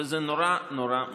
וזה נורא נורא מסוכן.